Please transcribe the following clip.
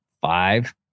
five